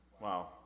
wow